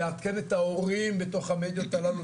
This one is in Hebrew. לעדכן את ההורים בתוך המדיות הללו,